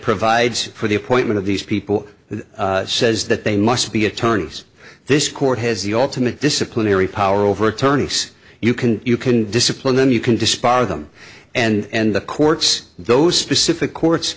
provides for the appointment of these people who says that they must be attorneys this court has the ultimate disciplinary power over attorneys you can you can discipline then you can dispose of them and the courts those specific courts